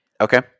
Okay